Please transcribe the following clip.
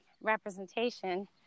representation